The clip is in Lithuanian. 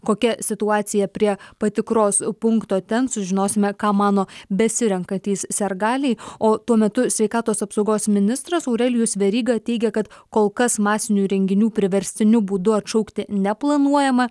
kokia situacija prie patikros punkto ten sužinosime ką mano besirenkantys sirgaliai o tuo metu sveikatos apsaugos ministras aurelijus veryga teigia kad kol kas masinių renginių priverstiniu būdu atšaukti neplanuojama